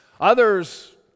Others